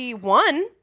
one